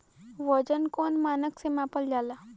वजन कौन मानक से मापल जाला?